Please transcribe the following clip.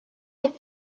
have